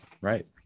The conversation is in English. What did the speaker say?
right